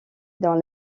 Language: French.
dans